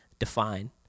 Define